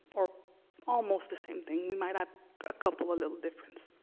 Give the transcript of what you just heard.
or almost the same thing. we might have a couple of little difference.